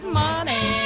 money